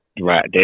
right